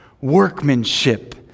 workmanship